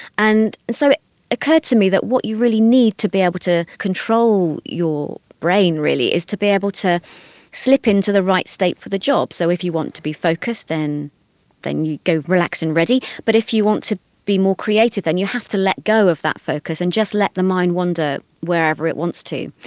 and so it occurred to me that what you really need to be able to control your brain really is to be able to slip into the right state for the job. so if you want to be focused, then you go relaxed and ready. but if you want to be more creative than you have to let go of that focus and just let the mind wander wherever it wants to.